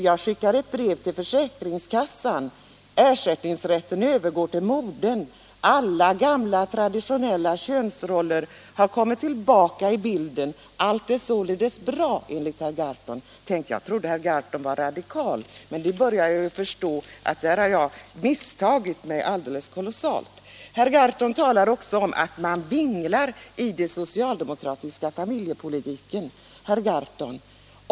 Jag skickar ett brev till försäkringskassan och ersättningsrätten övergår till modern”. Alla gamla traditionella könsroller har kommit tillbaka i bilden. Allt är således bra, enligt herr Gahrton. Tänk, jag trodde att herr Gahrton var radikal, men nu börjar jag förstå att jag har misstagit mig alldeles kolossalt. Herr Gahrton talar också om att man vinglar i den socialdemokratiska familjepolitiken. Herr Gahrton!